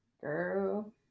Girl